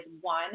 one